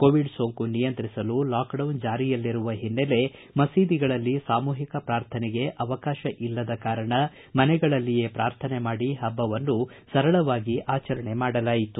Covid ಸೋಂಕು ನಿಯಂತ್ರಿಸಲು lockdown ಜಾರಿಯಲ್ಲಿರುವ ಹಿನ್ನೆಲೆ ಮಸೀದಿಗಳಲ್ಲಿ ಸಾಮೂಹಿಕ ಪ್ರಾರ್ಥನೆಗೆ ಅವಕಾಶ ಇಲ್ಲದ ಕಾರಣ ಮನೆಗಳಲ್ಲಿಯೇ ಪ್ರಾರ್ಥನೆ ಮಾಡಿ ಪಬ್ಬವನ್ನು ಸರಳವಾಗಿ ಆಚರಣೆ ಮಾಡಲಾಯಿತು